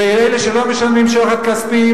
ואלה שלא משלמים שוחד כספי,